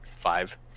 five